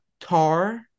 Tar